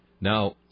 Now